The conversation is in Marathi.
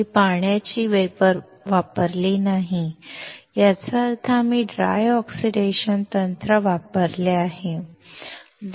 आम्ही पाण्याची वाफ वापरली नाही याचा अर्थ आम्ही ड्राय ऑक्सिडेशन तंत्र वापरले आहे